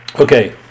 Okay